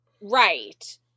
Right